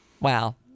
Wow